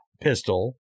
pistol